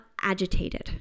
agitated